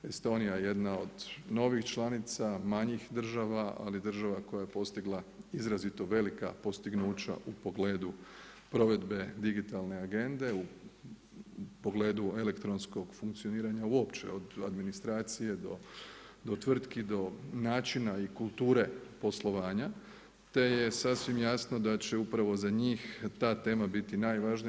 Estonija je jedna od novih članica, manjih država, ali država koja je postigla izrazito velika postignuća u pogledu provedbe digitalne AGENDA-e, u pogledu elektronskog funkcioniranja uopće od administracije do tvrtki, do načina i kulture poslovanja, te je sasvim jasno da će upravo za njih ta tema biti najvažnija.